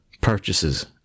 purchases